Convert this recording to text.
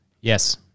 Yes